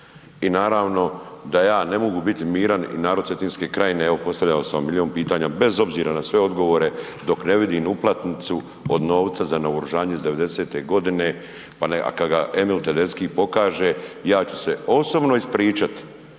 I naravno da ja ne mogu miran i narod Cetinske krajine, evo postavljao sam vam milijun pitanja, bez obzira na sve odgovore, dok ne vidim uplatnicu od novca za naoružanje iz 90-te godine, kad ga Emil Tedeschi pokaže, ja ću se osobno ispričat.